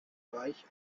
reich